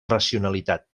racionalitat